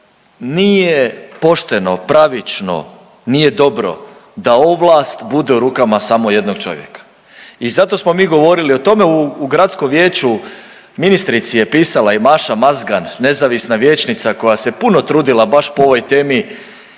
Nije pošteno, pravično, nije dobro da ovlast bude u rukama samo jednog čovjeka i zato smo mi govorili o tome u gradskom vijeću, ministrici je pisala i Maša Mazgan nezavisna vijećnica koja se puno trudila baš po ovoj temi